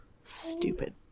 stupid